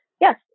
Yes